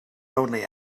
only